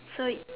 so it